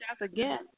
again